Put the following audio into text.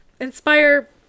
inspire